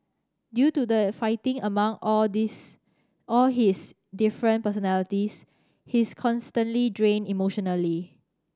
due to the fighting among all this all his different personalities he's constantly drained emotionally